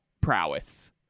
prowess